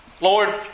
Lord